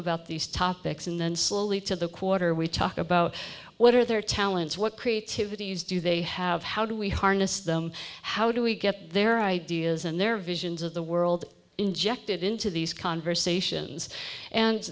about these topics and then slowly to the quarter we talk about what are their talents what creativity's do they have how do we harness them how do we get their ideas and their visions of the world injected into these conversations and